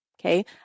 Okay